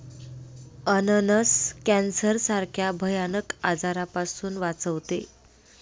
अननस कॅन्सर सारख्या भयानक आजारापासून वाचवते